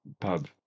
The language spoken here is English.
pub